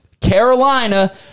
Carolina